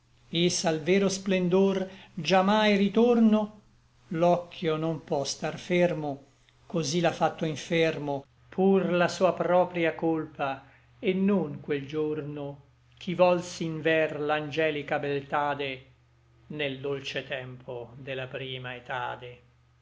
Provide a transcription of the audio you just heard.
et s'al vero splendor già mai ritorno l'occhio non po star fermo cosí l'à fatto infermo pur la sua propria colpa et non quel giorno ch'i volsi inver l'angelica beltade nel dolce tempo de la prima etade